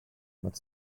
but